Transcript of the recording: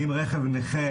אני עם רכב נכה